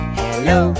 hello